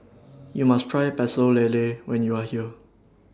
YOU must Try Pecel Lele when YOU Are here